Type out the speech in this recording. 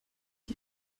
die